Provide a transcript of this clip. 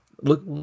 look